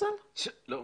לא אומרים.